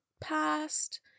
past